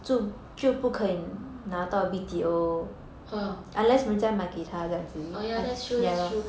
uh oh yeah that's true that's true